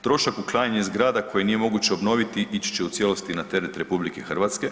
Trošak uklanjanja zgrada koje nije moguće obnoviti ići će u cijelosti na teret RH.